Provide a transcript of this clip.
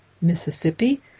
Mississippi